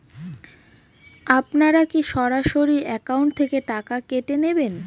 আপনারা কী সরাসরি একাউন্ট থেকে টাকা কেটে নেবেন?